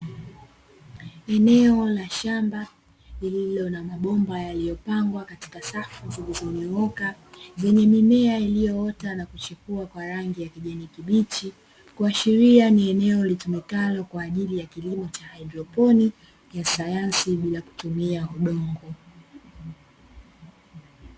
Eneo la shamba lililo na mabomba yaliyopangwa katika safu zilizonyooka, zenye mimea iliyoota na kuchipua kwa rangi ya kijani kibichi, kuashiria ni eneo litumikalo kwa ajili ya kilimo cha haidroponi ya sayansi bila kutumia udongo.